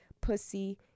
pussy